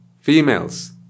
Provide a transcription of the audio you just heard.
females